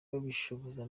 bashishoza